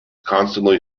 constantly